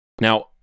Now